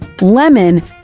lemon